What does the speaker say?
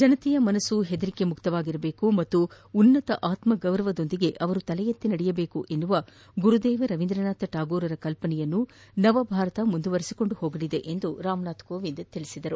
ಜನರ ಮನಸ್ಖು ಹೆದರಿಕೆ ಮುಕ್ತವಾಗಿರಬೇಕು ಮತ್ತು ಉನ್ನತ ಆತ್ಮಗೌರವದೊಂದಿದೆ ಅವರು ತಲೆ ಎತ್ತಿ ನಡೆಯಬೇಕು ಎಂಬ ಗುರುದೇವ್ ರವೀಂದ್ರನಾಥ ಠಾಗೋರರ ಕಲ್ಪನೆಗಳನ್ನು ನವ ಭಾರತವು ಮುಂದುವರಿಸಿಕೊಂಡು ಹೋಗಲಿದೆ ಎಂದು ರಾಮನಾಥ ಕೋವಿಂದ್ ಹೇಳಿದರು